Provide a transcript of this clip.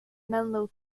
menlo